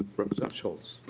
representative schultz